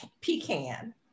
pecan